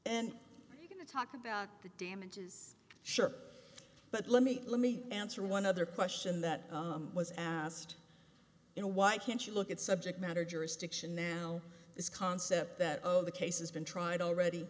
and going to talk about the damages sure but let me let me answer one other question that was asked you know why i can't you look at subject matter jurisdiction now this concept that of the cases been tried already